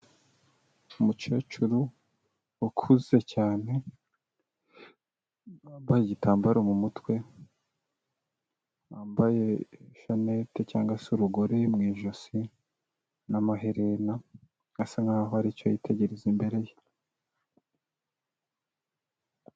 Umukecuru ukuze cyane, wambaye igitambaro mu mutwe, wambaye ishanete cyangwa se urugori mu ijosi n'amaherena, asa nkaho hari icyo yitegereza imbere ye.